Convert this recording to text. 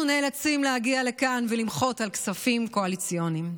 אנחנו נאלצים להגיע לכאן ולמחות על כספים קואליציוניים.